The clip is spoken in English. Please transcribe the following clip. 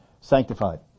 sanctified